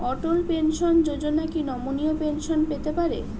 অটল pension যোজনা কি নমনীয় পেনশন পেতে পারে?